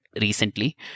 recently